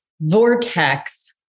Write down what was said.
vortex